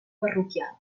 parroquial